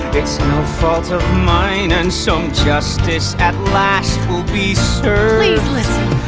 it's no fault of mine! and some justice at last will be served. please listen!